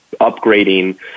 upgrading